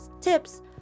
tips